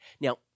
Now